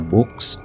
Books